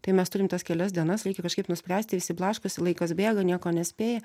tai mes turim tas kelias dienas reikia kažkaip nuspręsti visi blaškosi laikas bėga nieko nespėja